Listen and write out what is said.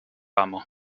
amo